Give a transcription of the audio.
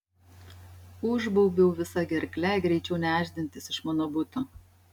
užbaubiau visa gerkle greičiau nešdintis iš mano buto